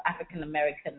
African-American